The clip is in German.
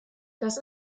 das